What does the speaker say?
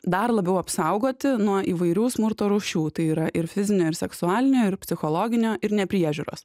dar labiau apsaugoti nuo įvairių smurto rūšių tai yra ir fizinio ir seksualinio ir psichologinio ir nepriežiūros